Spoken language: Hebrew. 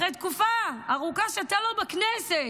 אחרי תקופה ארוכה שאתה לא בכנסת,